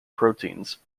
proteins